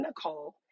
Nicole